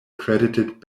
credited